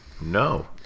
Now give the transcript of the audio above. No